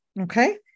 Okay